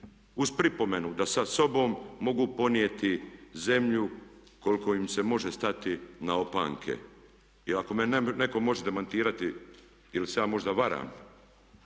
uz pripomenu da sa sobom mogu ponijeti zemlju koliko im se može stati na opanke. I ako me netko može demantirati, ili se ja možda varam,